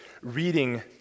reading